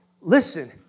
Listen